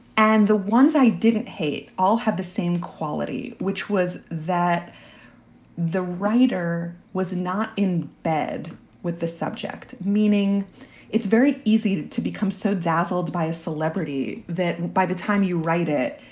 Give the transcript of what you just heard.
and the ones i didn't hate all had the same quality, which was that the writer was not in bed with the subject, meaning it's very easy to become so dazzled by a celebrity that by the time you write it,